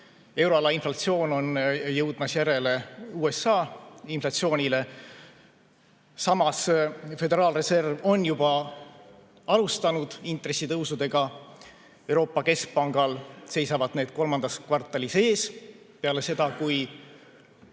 euroala inflatsioon on jõudmas järele USA inflatsioonile. Samas Föderaalreserv on juba alustanud intressi tõstmist, Euroopa Keskpangal seisab see kolmandas kvartalis ees peale seda, kui